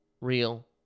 real